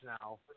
now